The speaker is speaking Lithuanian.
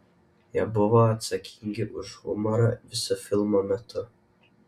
jie buvo atsakingi už humorą viso filmo metu